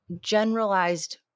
generalized